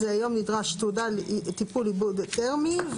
זה היום נדרש תעודת טיפול עיבור תרמי.